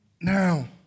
now